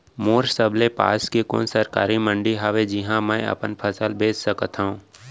मोर सबले पास के कोन सरकारी मंडी हावे जिहां मैं अपन फसल बेच सकथव?